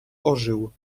ożył